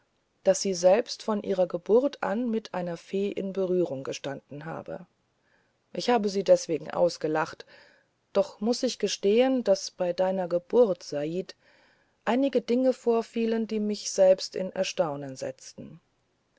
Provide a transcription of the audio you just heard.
daß sie selbst von ihrer geburt an mit einer fee in berührung gestanden habe ich habe sie deswegen ausgelacht und doch muß ich gestehen daß bei deiner geburt said einige dinge vorfielen die mich selbst in erstaunen setzten